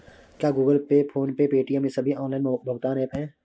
क्या Google Pay PhonePe Paytm ये सभी ऑनलाइन भुगतान ऐप हैं?